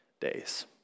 days